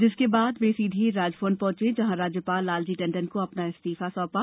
जिसके बाद वे सीधे राजभवन पहंचे जहां राज्यपाल लालजी टंडन को अपना इस्तीफा सौंपा